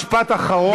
משפט אחרון.